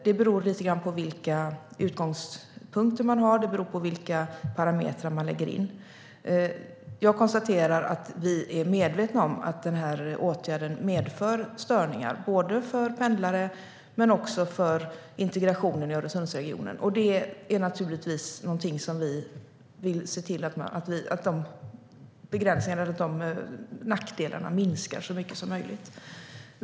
Det beror lite grann på vilka utgångspunkter och parametrar man har. Vi är medvetna om att den här åtgärden medför störningar, både för pendlare och för integrationen i Öresundsregionen, och vi vill naturligtvis se till att de nackdelarna minskar så mycket som möjligt.